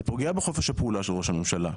זה פוגע בחופש הפעולה של ראש הממשלה,